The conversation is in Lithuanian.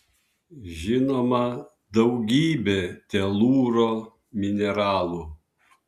žinoma daugybė telūro mineralų